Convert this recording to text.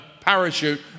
parachute